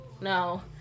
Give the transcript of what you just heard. no